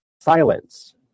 Silence